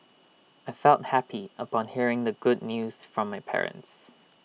I felt happy upon hearing the good news from my parents